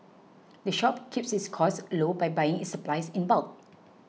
the shop keeps its costs low by buying its supplies in bulk